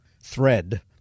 thread